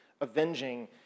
avenging